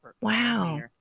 Wow